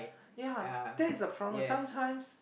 ya that is the problem sometimes